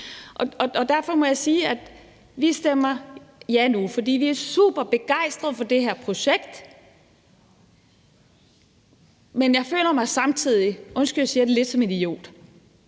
og derfor må jeg sige, at vi stemmer ja nu, for vi er super begejstret for det her projekt, men jeg føler mig samtidig – undskyld, jeg siger det – lidt som en idiot.